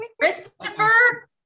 Christopher